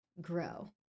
grow